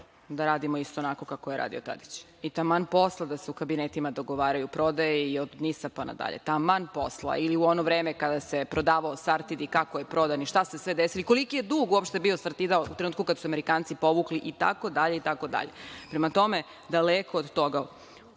da radimo isto onako kako je radio Tadić. I taman posla da se u kabinetima dogovaraju prodaje, od NIS-a pa nadalje. Taman posla. Ili u ono vreme kada se prodavao „Sartid“, kako je prodan i šta se sve desilo, i koliki je dug uopšte bio „Sartida“ u trenutku kad su se Amerikanci povukli, itd, itd. Prema tome, daleko od toga. Ono